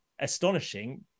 astonishing